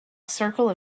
circle